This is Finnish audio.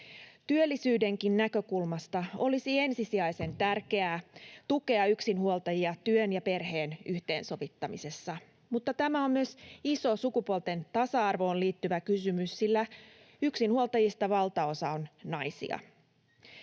Työllisyydenkin näkökulmasta olisi ensisijaisen tärkeää tukea yksinhuoltajia työn ja perheen yhteensovittamisessa, mutta tämä on myös iso sukupuolten tasa-arvoon liittyvä kysymys, sillä yksinhuoltajista valtaosa on naisia.